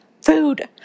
food